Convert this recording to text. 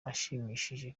ashimishije